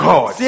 God